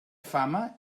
fama